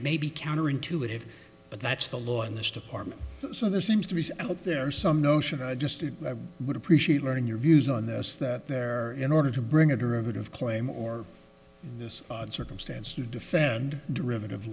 may be counterintuitive but that's the law in this department so there seems to be out there some notion i just would appreciate learning your views on this that there are in order to bring a derivative claim or this circumstance you defend derivative